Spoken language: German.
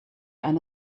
eine